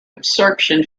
absorption